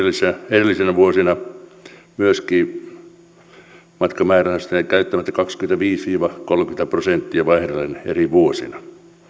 edellisinä vuosina myöskin matkamäärärahasta jäi käyttämättä kaksikymmentäviisi viiva kolmekymmentä prosenttia vaihdellen eri vuosina